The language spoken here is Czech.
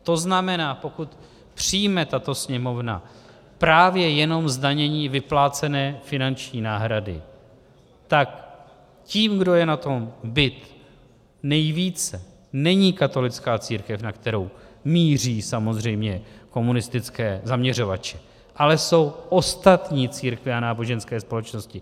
To znamená, pokud přijme tato Sněmovna právě jenom zdanění vyplácené finanční náhrady, tak tím, kdo je na tom bit nejvíce, není katolická církev, na kterou míří samozřejmě komunistické zaměřovače, ale jsou ostatní církve a náboženské společnosti.